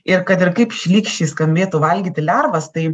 ir kad ir kaip šlykščiai skambėtų valgyti lervas tai